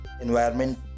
environment